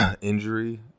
injury